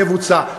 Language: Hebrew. יבוצע.